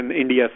India